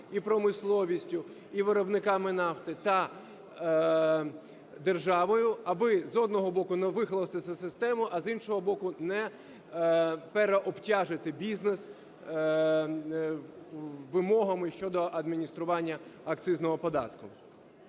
і промисловістю, і виробниками нафти - та державою, аби, з одного боку, не вихолостити систему, а, з іншого боку, не переобтяжити бізнес вимогами щодо адміністрування акцизного податку.